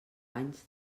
anys